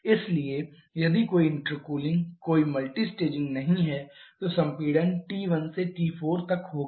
इसलिए यदि कोई इंटरकूलिंग कोई मल्टीस्टेजिंग नहीं है तो संपीड़न T1 से TA तक होगा